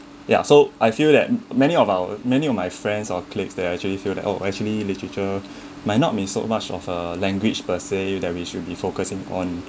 ya so I feel that many of our many of my friends or colleagues they actually feel that oh actually literature might not mean so much of a language per se that we should be focusing on